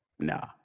Nah